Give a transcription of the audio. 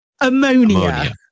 ammonia